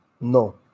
No